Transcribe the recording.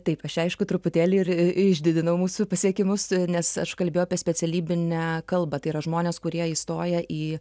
taip aš čia aišku truputėlį ir išdidinau mūsų pasiekimus nes aš kalbėjau apie specialybinę kalbą tai yra žmones kurie įstoja į